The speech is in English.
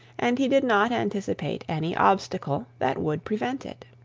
and he did not anticipate any obstacle that would prevent it.